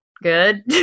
Good